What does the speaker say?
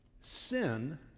sin